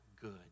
good